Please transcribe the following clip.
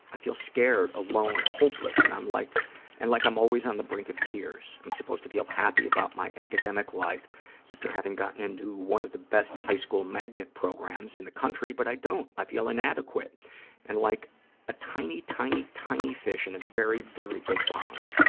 i feel scared, alone, hopeless and like and like i'm always on the brink of tears. i'm supposed to feel happy about my academic life after having gotten into one of the best high school magnet programs in the country, but i don't. i feel inadequate and like a tiny, tiny, tiny fish in a very, very big pond.